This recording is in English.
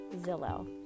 Zillow